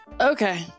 Okay